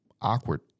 awkward